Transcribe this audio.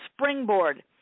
springboard